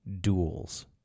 duels